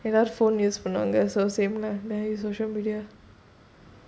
so same lah then I use social media